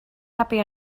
happy